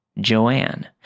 Joanne